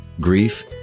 grief